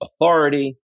authority